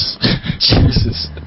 Jesus